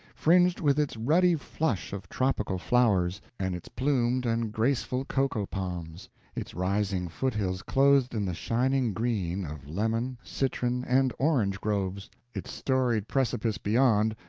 fringed with its ruddy flush of tropical flowers and its plumed and graceful cocoa palms its rising foothills clothed in the shining green of lemon, citron, and orange groves its storied precipice beyond,